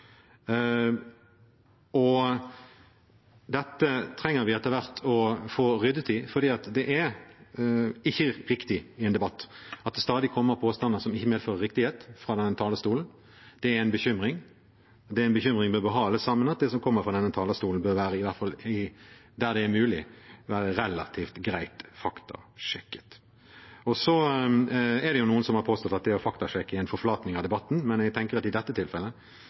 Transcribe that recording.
Dette trenger vi etter hvert å få ryddet i, for det er ikke riktig i en debatt at det fra denne talerstolen stadig kommer påstander som ikke medfører riktighet. Det er en bekymring. Det er en bekymring vi bør ha alle sammen. Det som kommer fra denne talerstolen, bør være, i hvert fall der det er mulig, relativt greit faktasjekket. Så er det noen som har påstått at det å faktasjekke er en forflatning av debatten, men jeg tenker at i dette tilfellet